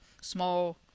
small